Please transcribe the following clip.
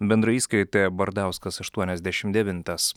bendroje įskaitoje bardauskas aštuoniasdešim devintas